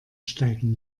steigen